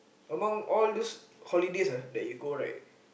among all those holidays ah that you go right